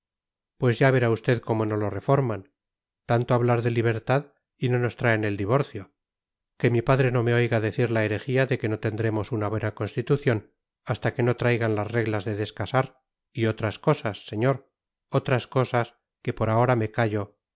pues ya verá usted cómo no lo reforman tanto hablar de libertad y no nos traen el divorcio que mi padre no me oiga decir la herejía de que no tendremos una buena constitución hasta que no traigan las reglas de descasar y otras cosas señor otras cosas que por ahora me callo